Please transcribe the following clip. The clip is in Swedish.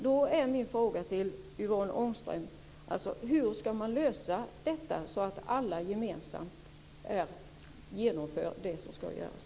Då är min fråga till Yvonne Ångström: Hur skall man lösa detta så att alla gemensamt genomför det som skall göras?